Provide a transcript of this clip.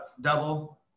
double